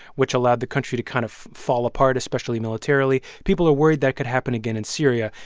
which allowed the country to kind of fall apart, especially militarily people are worried that could happen again in syria.